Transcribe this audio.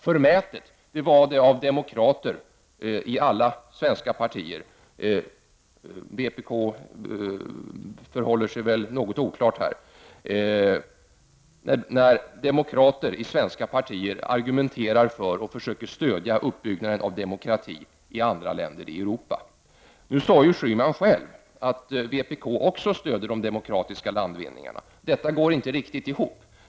Förmätet var det att demokrater i alla svenska partier — vpk förhåller sig väl något oklart i detta sammanhang — argumenterar för och försöker stödja uppbyggnaden av demokratier i andra länder i Europa. Nu sade ju Gudrun Schyman själv att vpk också stöder de demokratiska landvinningarna. Detta går inte riktigt ihop.